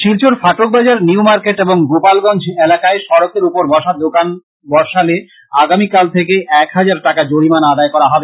Silchar Fatak Bazar new market এবং গোপালগঞ্জ এলাকায় সড়কের উপর বসা দোকান বসালে আগামীকাল থেকে এক হাজার টাকার জরিমানা আদায় করা হবে